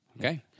Okay